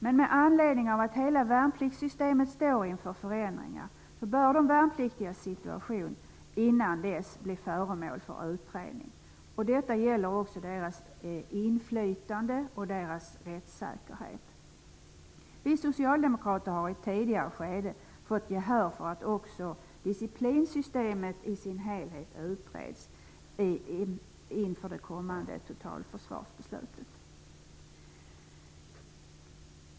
Men med anledning av att hela värnpliktssystemet står inför förändringar bör de värnpliktigas situation innan dess bli föremål för utredning. Detta gäller också deras inflytande och rättssäkerhet. Vi socialdemokrater har i ett tidigare skede fått gehör för att också disciplinsystemet i dess helhet utreds inför det kommande totalförsvarsbeslutet.